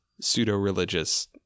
pseudo-religious